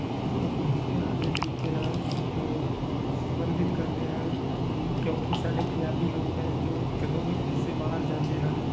ਪਿਆਰ ਦੇ ਤਰੀਕੇ ਨਾਲ ਸੰਬੰਧਿਤ ਕਰਦੇ ਹਨ ਕਿਉਂਕਿ ਸਾਡੇ ਪੰਜਾਬੀ ਲੋਕ ਹੈ ਜੋ ਕਦੋਂ ਵੀ ਕਿਸੇ ਬਾਹਰ ਜਾਂਦੇ ਹਨ